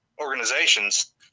organizations